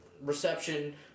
reception